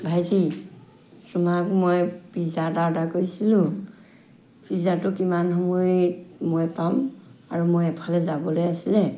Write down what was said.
ভাইটি চুঙাত মই পিজা এটা অৰ্ডাৰ কৰিছিলোঁ পিজাটো কিমান সময়ত মই পাম আৰু মই এফালে যাবলৈ আছিলে